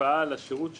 השפעה על השירות שלי.